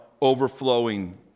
overflowing